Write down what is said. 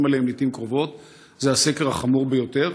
עליהם לעיתים קרובות זה הסקר החמור ביותר.